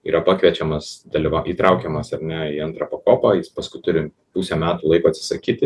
yra pakviečiamas dalyva įtraukiamas ar ne į antrą pakopą jis paskui turi pusę metų laiko atsisakyti